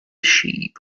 sheep